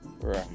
right